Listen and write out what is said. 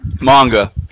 manga